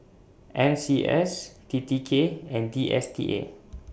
N C S T T K and D S T A